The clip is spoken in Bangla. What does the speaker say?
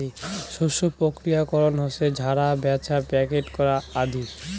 শস্য প্রক্রিয়াকরণ হসে ঝাড়া, ব্যাছা, প্যাকেট করা আদি